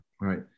Right